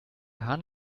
hahn